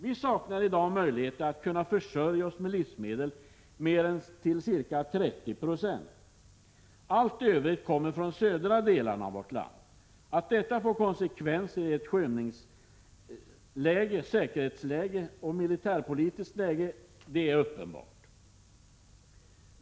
Vi saknar i dag möjligheter att kunna försörja oss med livsmedel mer än till ca 30 920. Allt övrigt kommer från de södra delarna av vårt land. Att detta får konsekvenser i ett säkerhetsoch militärpolitiskt skymningsläge är uppenbart.